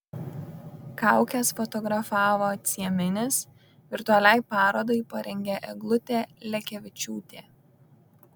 kaukes fotografavo cieminis virtualiai parodai parengė eglutė lekevičiūtė